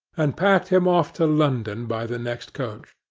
and packed him off to london by the next coach.